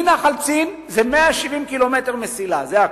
מנחל-צין זה 170 ק"מ מסילה, זה הכול,